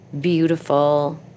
beautiful